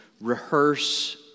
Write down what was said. rehearse